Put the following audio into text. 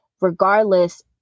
regardless